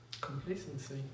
Complacency